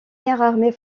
armée